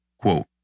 quote